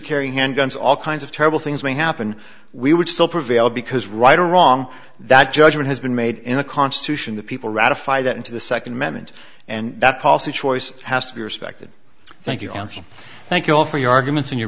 carry handguns all kinds of terrible things may happen we would still prevail because right or wrong that judgment has been made in the constitution that people ratify that into the second amendment and that policy choice has to be respected thank you thank you all for your arguments and your